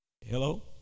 hello